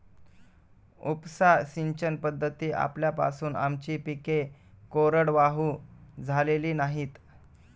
उपसा सिंचन पद्धती आल्यापासून आमची पिके कोरडवाहू झालेली नाहीत